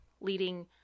leading